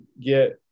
get